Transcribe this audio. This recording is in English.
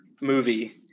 movie